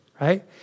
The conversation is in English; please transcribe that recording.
Right